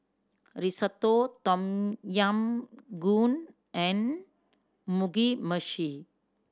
Risotto Tom Yam Goong and Mugi Meshi